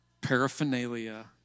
paraphernalia